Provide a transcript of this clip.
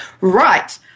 right